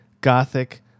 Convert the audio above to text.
gothic